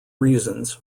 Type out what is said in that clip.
reasons